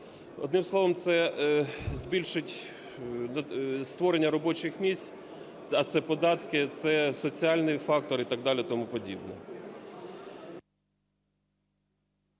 Одним словом це збільшить створення робочих місць, а це податки, це соціальний фактор і так далі,